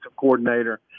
coordinator